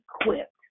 equipped